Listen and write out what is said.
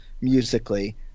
musically